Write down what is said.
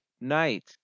Night